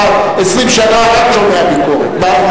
כבר 20 שנה רק שומע ביקורת.